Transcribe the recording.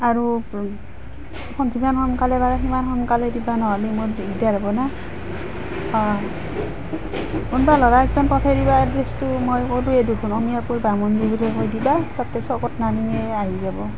আৰু এইখন যিমান সোনকালে পাৰা সিমান সোনকালে দিবা ন'হলে মোৰ দিগদাৰ হ'ব না অঁ কোনোবা ল'ৰা একজন পঠাই দিবা এড্ৰেছটো মই ক'লোঁৱেই দেখোন অমিয়াপুৰ বামুণী বুলি কৈ দিবা তাতে চ'কত নামিয়েই আহি যাব